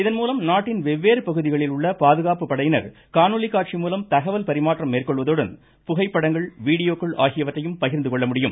இதன்மூலம் நாட்டின் வெவ்வேறு பகுதிகளில் உள்ள பாதுகாப்பு படையின் காணொலி காட்சி மூலம் தகவல் பரிமாற்றம் மேற்கொள்வதுடன் புகைப்படங்கள் வீடியோக்கள் ஆகியவற்றையும் பகிர்ந்து கொள்ள முடியும்